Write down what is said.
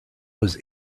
was